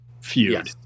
feud